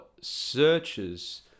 searches